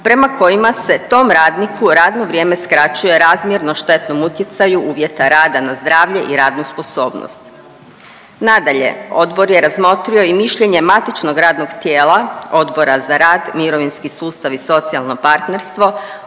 prema kojima se tom radniku radno vrijeme skraćuje razmjerno štetnom utjecaju uvjeta rada na zdravlje i radnu sposobnost. Nadalje, odbor je razmotrio i mišljenje matičnog radnog tijela Odbora za rad, mirovinski sustav i socijalno partnerstvo